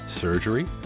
surgery